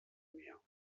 mehr